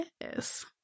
Yes